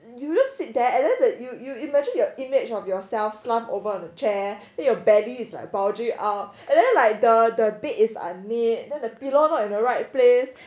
you just sit there and then you you imagine your image of yourself slump over on a chair your belly is like boundary out and then like the the bed is unmade then the pillow is not in the right place